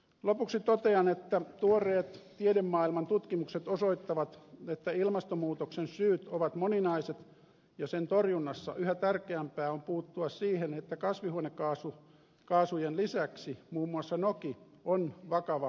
lopuksi totean että tuoreet tiedemaailman tutkimukset osoittavat että ilmastonmuutoksen syyt ovat moninaiset ja sen torjunnassa yhä tärkeämpää on puuttua siihen että kasvihuonekaasujen lisäksi muun muassa noki on vakava ilmasto ongelma